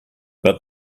but